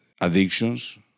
addictions